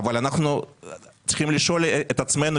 אבל אנחנו צריכים לשאול את עצמנו,